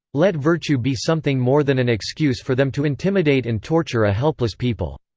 let virtue be something more than an excuse for them to intimidate and torture a helpless people.